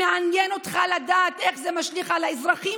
מעניין אותך לדעת איך זה משליך על האזרחים